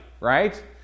right